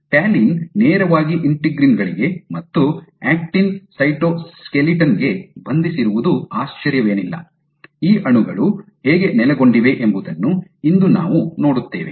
talin ನೇರವಾಗಿ integrin ಗಳಿಗೆ ಮತ್ತು ಆಕ್ಟಿನ್ ಸೈಟೋಸ್ಕೆಲಿಟನ್ ಗೆ ಬಂಧಿಸಿರುವುದು ಆಶ್ಚರ್ಯವೇನಿಲ್ಲ ಈ ಅಣುಗಳು ಹೇಗೆ ನೆಲೆಗೊಂಡಿವೆ ಎಂಬುದನ್ನು ಇಂದು ನಾವು ನೋಡುತ್ತೇವೆ